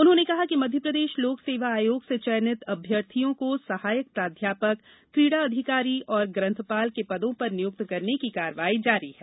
उन्होंने कहा कि मध्यप्रदेश लोक सेवा आयोग से चयनित अभ्यर्थियों को सहायक प्राध्यापक क्रीड़ा अधिकारी और ग्रंथपाल के पदों पर नियुक्त करने की कार्यवाही जारी है